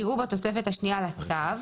יראו כאילו בתוספת השנייה לצו,